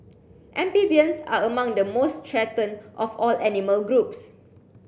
amphibians are among the most threatened of all animal groups